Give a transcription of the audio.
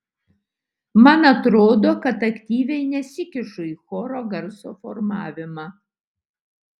man atrodo kad aktyviai nesikišu į choro garso formavimą